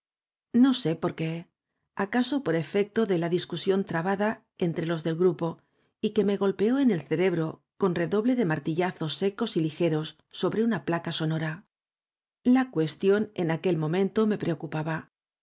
no sé por qué acaso por efecto de la discusión trabada entre los del grupo y que me golpeó en el cerebro con redoble de martillazos secos y ligeros sobre una placa sonora la cuestión en aquel momento me preocupaba